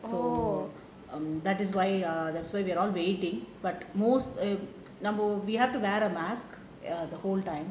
so um that is why err that's why we're all waiting but most number we have to wear a mask the whole time